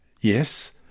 Yes